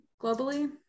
globally